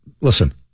Listen